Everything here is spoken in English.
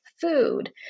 food